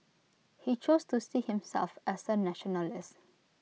he chose to see himself as A nationalist